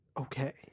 Okay